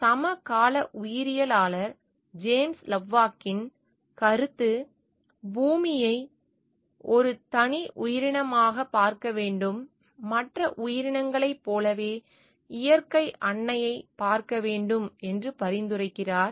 சமகால உயிரியலாளர் ஜேம்ஸ் லவ்லாக்கின் கருத்து பூமியை ஒரு தனி உயிரினமாக பார்க்க வேண்டும் மற்ற உயிரினங்களைப் போலவே இயற்கை அன்னையைப் பார்க்க வேண்டும் என்று பரிந்துரைத்தார்